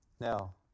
Now